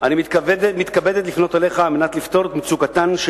"אני מתכבדת לפנות אליך על מנת לפתור את מצוקתן של